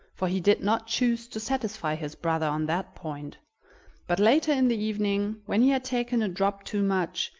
for he did not choose to satisfy his brother on that point but later in the evening, when he had taken a drop too much,